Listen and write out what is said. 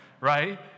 right